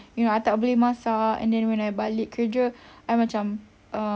you know I tak boleh masak and then when I balik kerja I macam um